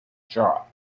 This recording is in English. shot